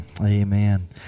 Amen